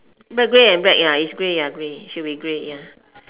but grey and black ya it's grey ya grey should be grey ya